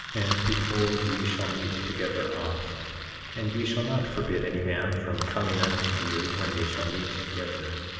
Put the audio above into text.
and behold, ye shall meet together oft and ye shall not forbid any man from coming unto you when ye shall meet together,